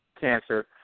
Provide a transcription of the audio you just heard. cancer